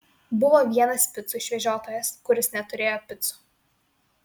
buvo vienas picų išvežiotojas kuris neturėjo picų